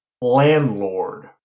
landlord